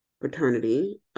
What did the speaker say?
paternity